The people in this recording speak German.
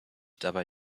dabei